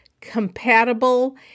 compatible